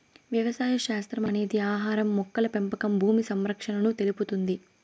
వ్యవసాయ శాస్త్రం అనేది ఆహారం, మొక్కల పెంపకం భూమి సంరక్షణను తెలుపుతుంది